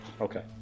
Okay